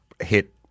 hit